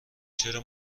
چرا